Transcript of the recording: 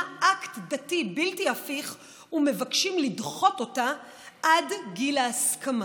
אקט דתי בלתי הפיך ומבקשים לדחות אותה עד גיל ההסכמה.